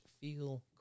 Feel